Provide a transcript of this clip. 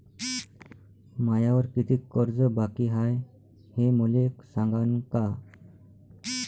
मायावर कितीक कर्ज बाकी हाय, हे मले सांगान का?